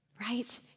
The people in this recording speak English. Right